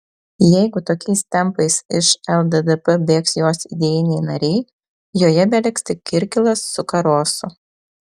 jeigu tokiais tempais iš lddp bėgs jos idėjiniai nariai joje beliks tik kirkilas su karosu